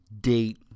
date